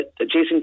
Jason